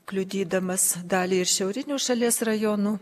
kliudydamas dalį ir šiaurinių šalies rajonų